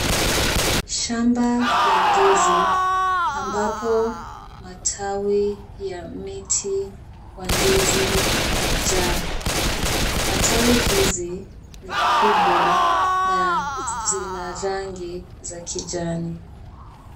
Shamba la ndizi ambapo matawi ya miti ya ndizi yamejaa. Matawi hizi ni kubwa na zina rangi za kijani.